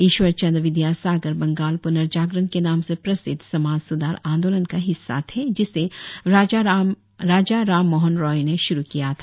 ईश्वर चन्द विद्यासागर बंगाल प्र्नजागरण के नाम से प्रसिद्ध समाज सुधार आंदोलन का हिस्सा थे जिसे राजा राममोहन राय ने श्रू किया था